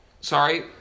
Sorry